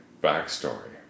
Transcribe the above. backstory